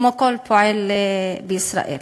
כמו לכל פועל בישראל.